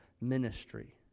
ministry